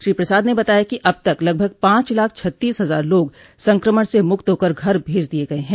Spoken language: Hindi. श्री प्रसाद ने बताया कि अब तक लगभग पांच लाख छत्तीस हजार लोग संक्रमण से मुक्त होकर घर भेज दिये गये हैं